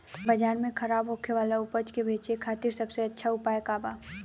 बाजार में खराब होखे वाला उपज के बेचे खातिर सबसे अच्छा उपाय का बा?